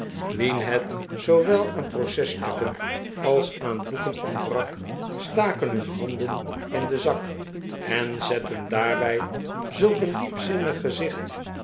wien het zoowel aan processtukken als aan boeken ontbrak staken hun handen in den zak en zetten daarbij zulk een diep zinnig gezicht